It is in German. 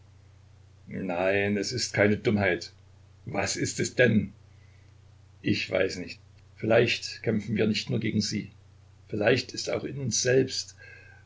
nein es ist keine dummheit was ist es denn ich weiß nicht vielleicht kämpfen wir nicht nur gegen sie vielleicht ist auch in uns selbst